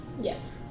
Yes